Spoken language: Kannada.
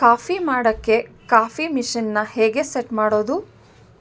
ಕಾಫಿ ಮಾಡೋಕ್ಕೆ ಕಾಫಿ ಮಿಷೀನ್ನ ಹೇಗೆ ಸೆಟ್ ಮಾಡೋದು